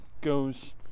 goes